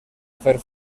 fer